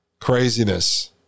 Craziness